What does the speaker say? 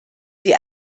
sie